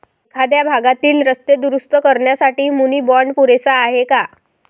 एखाद्या भागातील रस्ते दुरुस्त करण्यासाठी मुनी बाँड पुरेसा आहे का?